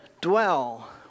dwell